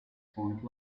point